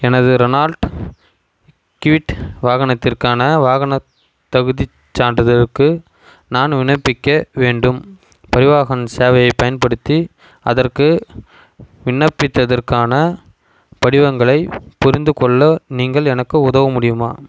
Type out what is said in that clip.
எனது Renault Kwid வாகனத்திற்கான வாகனத்தகுதிச் சான்றிதழுக்கு நான் விண்ணப்பிக்க வேண்டும் பரிவாஹன் சேவையை பயன்படுத்தி அதற்கு விண்ணப்பிப்பதற்கான படிவங்களை புரிந்துகொள்ள நீங்கள் எனக்கு உதவ முடியுமா